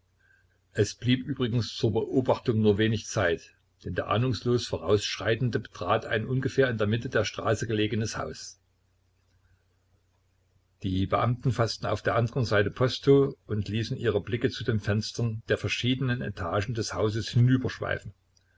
es blieb übrigens zur beobachtung nur wenig zeit denn der ahnungslos vorausschreitende betrat ein ungefähr in der mitte der straße gelegenes haus die beamten faßten auf der andern seite posto und ließen ihre blicke zu den fenstern der verschiedenen etagen des hauses